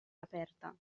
aperta